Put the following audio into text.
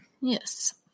Yes